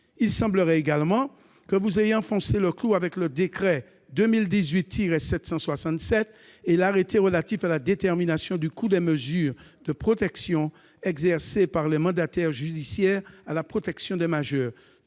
il semblerait que vous ayez enfoncé le clou avec le décret n° 2018-767 et l'arrêté relatif à la détermination du coût des mesures de protection exercées par les mandataires judiciaires à la protection des majeurs,